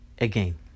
again